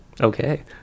Okay